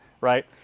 right